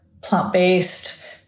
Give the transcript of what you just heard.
plant-based